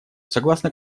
согласно